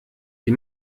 die